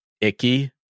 icky